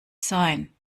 sein